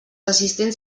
assistents